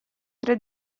tre